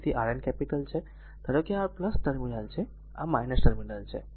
તેથી આ Rn capital છે ધારો કે આ r ટર્મિનલ છે આ ટર્મિનલ છે